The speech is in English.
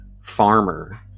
farmer